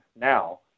now